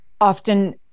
often